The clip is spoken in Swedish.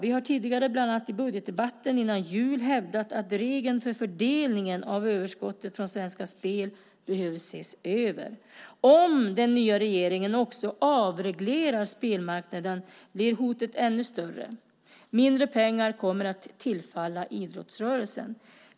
Vi har tidigare, bland annat i budgetdebatten före jul, hävdat att reglerna för fördelningen av överskottet från Svenska Spel behöver ses över. Om den nya regeringen också avreglerar spelmarknaden blir hotet ännu större. Mindre pengar kommer att tillfalla idrottsrörelsen.